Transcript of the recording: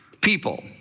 people